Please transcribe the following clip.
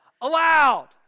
allowed